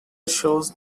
shows